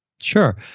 Sure